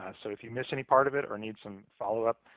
ah so if you miss any part of it or need some follow-up,